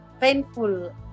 painful